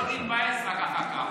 שלא תתבאס רק אחר כך.